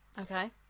okay